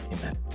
Amen